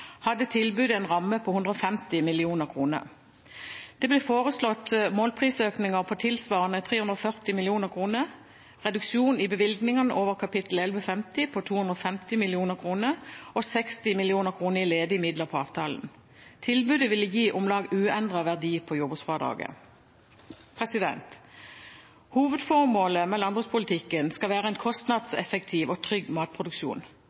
hadde tilbudet en ramme på 150 mill. kr. Det ble foreslått målprisøkninger på tilsvarende 340 mill. kr, reduksjon i bevilgningene over kap. 1150 på 250 mill. kr og 60 mill. kr i ledige midler på avtalen. Tilbudet ville gi om lag uendret verdi på jordbruksfradraget. Hovedformålet med landbrukspolitikken skal være en kostnadseffektiv og trygg matproduksjon.